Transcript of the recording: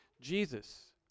Jesus